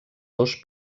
dos